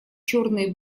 черные